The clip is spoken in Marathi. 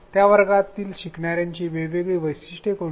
त्या वर्गातील शिकणाऱ्यांची वेगवेगळी वैशिष्ट्ये कोणती